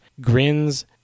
grins